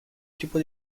tipo